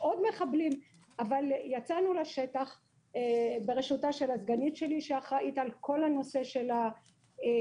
אבל יצאנו לשטח בראשותה של הסגנית שלי שאחראית על כל נושא החירום.